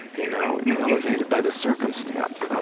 you know it's elevated by the circumstance. um